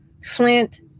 Flint